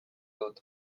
dut